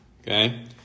Okay